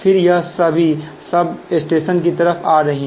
फिर यह सभी सब स्टेशन की तरफ आ रही है